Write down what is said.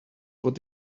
what